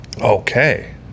Okay